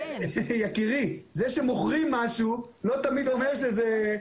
זה שמוכרים משהו, זה לא תמיד אומר שזה מאושר.